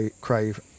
crave